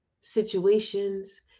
situations